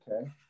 okay